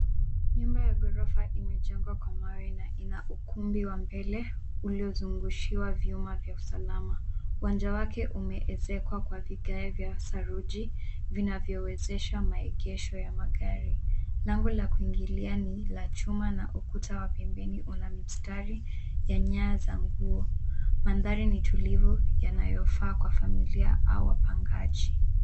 Nyumba ya ghorofa imejengwa kwa mawe na ina ukumbi wa mbele, uliozungushiwa vyuma vya usalama. Uwanja wake umeezekwa kwa vigae vya saruji, vinavyowezesha maegesho ya magari. Lango la kuingilia ni la chuma na ukuta wa pembeni una mstari ya nyaya za nguo. Mandhari ni tulivu, yanayofaa kwa familia au wapangaji.